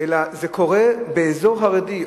אלא זה קורה באזור חרדי.